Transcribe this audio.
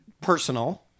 personal